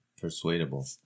persuadable